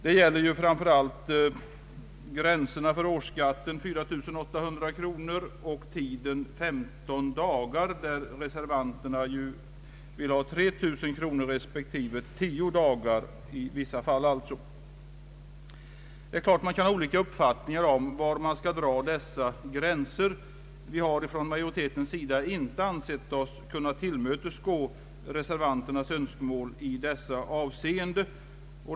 Det gäller framför allt gränserna för årsskatten 4800 kronor och tiden 15 dagar, där reservanterna i vissa fall vill ha 3 000 kronor respektive 10 dagar. Man kan naturligtvis ha olika uppfattningar om var man skall dra dessa gränser. Vi har från majoritetens sida inte ansett oss kunna tillmötesgå reservanternas Önskemål i detta avseende.